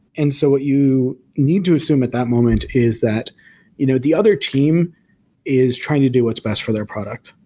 and so what you need to assume at that moment is that you know the other team is trying to do what's best for their product.